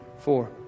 four